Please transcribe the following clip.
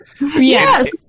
Yes